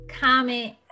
comment